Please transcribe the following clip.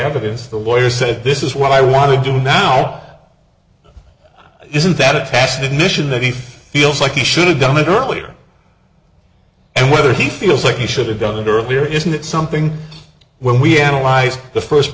evidence the lawyer said this is what i want to do now isn't that a tacit admission that he feels like he should have done it earlier and whether he feels like he should have done it earlier isn't it something when we analyze the first